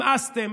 נמאסתם,